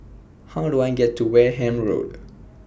How Do I get to Wareham Road